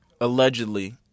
allegedly